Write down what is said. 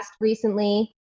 recently